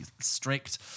strict